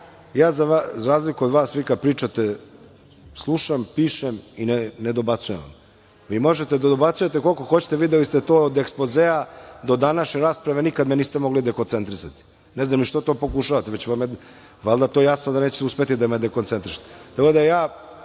države.Za razliku od vas, vi kada pričate, slušam, pišem i ne dobacujem vam. Vi možete da dobacujete koliko hoćete, videli ste to od ekspozea do današnje rasprave, nikad me niste mogli dekoncentrisati. Ne znam ni što to pokušavate? Valjda vam je jasno da nećete uspeti da me dekoncentrišete. Ja